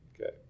okay